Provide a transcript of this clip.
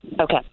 Okay